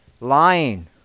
lying